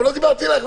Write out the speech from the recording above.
לא דיברתי עלייך.